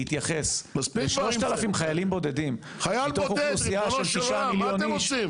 להתייחס ל-3,000 חיילים בודדים מתוך אוכלוסייה של ששה מיליון איש.